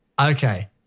Okay